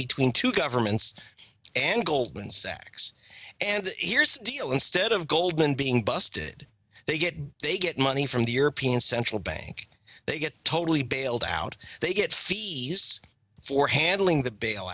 between two governments and goldman sachs and here's the deal instead of goldman being busted they get they get money from the european central bank they get totally bailed out they get fees for handling the